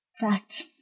Fact